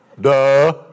Duh